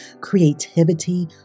creativity